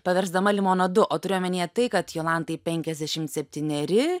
paversdama limonadu o turiu omenyje tai kad jolantai penkiasdešimt septyneri